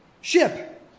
ship